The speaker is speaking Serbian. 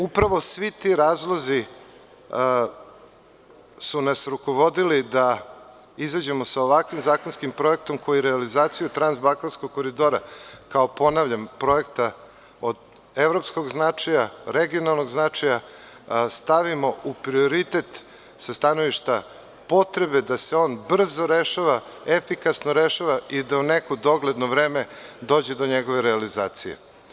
Upravo svi ti razlozi su nas rukovodili da izađemo sa ovakvim zakonskim projektom koji realizaciju transbalkanskog koridora kao, ponavljam, projekta od evropskog značaja, regionalnog značaja, stavimo u prioritet sa stanovišta potrebe da se on brzo rešava, efikasno rešava i da u neko dogledno vreme dođe do njegove realizacije.